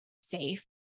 safe